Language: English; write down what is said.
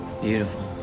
Beautiful